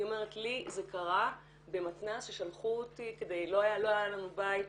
היא אומרת "לי זה קרה במתנ"ס ששלחו אותי כי לא היה לנו בית,